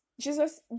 Jesus